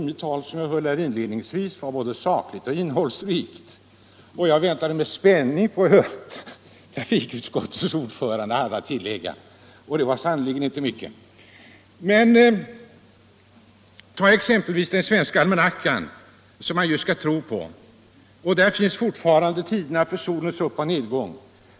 Det tal som jag höll inledningsvis tyckte jag var både sakligt och innehållsrikt. Jag väntade med spänning på vad trafikutskottets ordförande hade att anföra. Det var sannerligen inte mycket. Men ta exempelvis den svenska almanackan. Där finns fortfarande tiderna för solens uppoch nedgång.